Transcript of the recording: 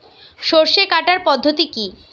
সরষে কাটার পদ্ধতি কি?